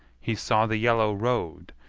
he saw the yellow road,